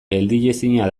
geldiezina